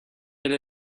elle